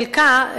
חלקה,